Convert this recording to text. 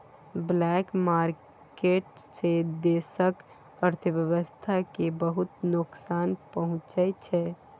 black market सँ देशक अर्थव्यवस्था केँ बहुत नोकसान पहुँचै छै